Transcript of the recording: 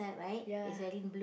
ya